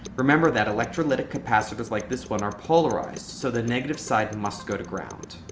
remember that electrolytic capacitors like this one are polarized, so the negative side must go to ground.